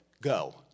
go